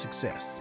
success